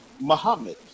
Muhammad